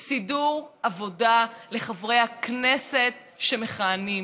סידור עבודה לחברי הכנסת שמכהנים.